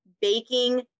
Baking